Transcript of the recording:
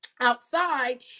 outside